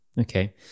Okay